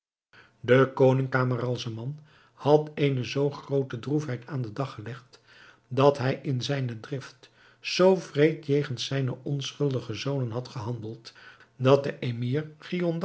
de koning camaralzaman had eene zoo groote droefheid aan den dag gelegd dat hij in zijne drift zoo wreed jegens zijne onschuldige zonen had gehandeld dat de emir